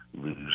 lose